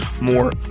more